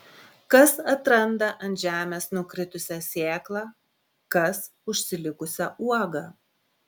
kas atranda ant žemės nukritusią sėklą kas užsilikusią uogą